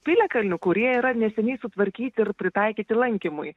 piliakalnių kurie yra neseniai sutvarkyti ir pritaikyti lankymui